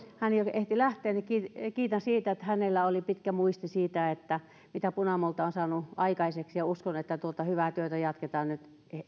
ehti jo lähteä mutta häntä kiitän siitä että hänellä oli pitkä muisti siinä mitä punamulta on saanut aikaiseksi uskon että tuota hyvää työtä jatketaan nyt